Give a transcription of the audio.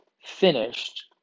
finished